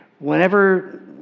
Whenever